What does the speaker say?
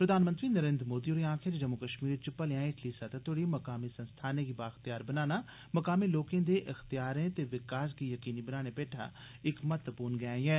प्रधानमंत्री नरेन्द्र मोदी होरें आक्खेया ऐ जे जम्मू कश्मीर च भलेयां हेठली सतह तोड़ी मकामी संस्थानें गी बाइख्तयार बनाना मकामी लोकें दे इख्तयारें ते विकास गी यकीनी बनाने भेठा इक महत्वपूर्ण गैं ऐ